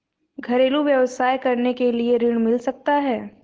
घरेलू व्यवसाय करने के लिए ऋण मिल सकता है?